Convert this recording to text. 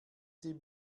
sie